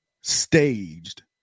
staged